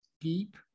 deep